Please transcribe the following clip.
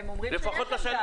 הם אומרים שיש עמדה.